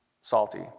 salty